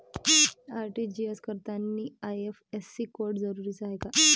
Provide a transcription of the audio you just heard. RTGS करतांनी IFSC code जरुरीचा हाय का?